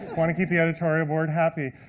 wanna keep the editorial board happy.